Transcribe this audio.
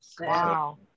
Wow